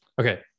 Okay